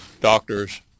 doctors